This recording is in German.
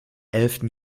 elften